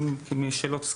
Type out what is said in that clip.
אם יש שאלות,